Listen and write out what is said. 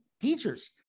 teachers